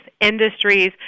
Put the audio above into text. industries